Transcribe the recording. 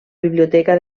biblioteca